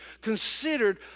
considered